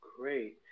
Great